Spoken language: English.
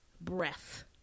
breath